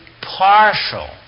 partial